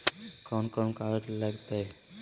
कौन कौन कागज लग तय?